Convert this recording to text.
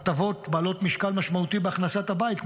הטבת בעלות משקל משמעותי בהכנסת הבית,